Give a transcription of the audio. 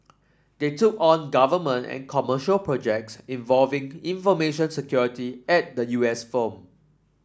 they took on government and commercial projects involving information security at the U S firm